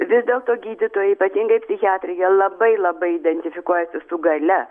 vis dėlto gydytojai ypatingai psichiatrija labai labai identifikuojasi su galia